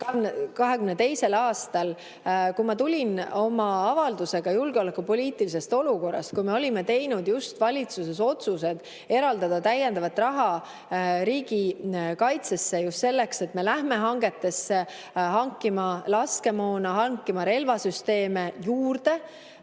2022. aastal, kui ma tulin oma avaldusega julgeolekupoliitilisest olukorrast, kui me olime valitsuses just teinud otsused eraldada täiendavat raha riigikaitsesse selleks, et me lähme hangetesse hankima laskemoona, hankima relvasüsteeme juurde,